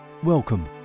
Welcome